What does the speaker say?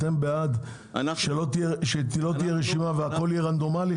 אתם בעד שלא תהיה רשימה והכול יהיה רנדומלי?